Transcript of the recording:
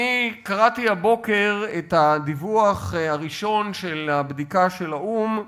אני קראתי הבוקר את הדיווח הראשון של הבדיקה של האו"ם,